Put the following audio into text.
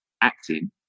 acting